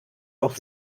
auch